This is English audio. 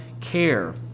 care